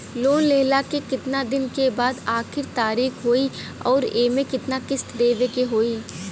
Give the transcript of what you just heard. Loan लेहला के कितना दिन के बाद आखिर तारीख होई अउर एमे कितना किस्त देवे के होई?